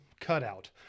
cutout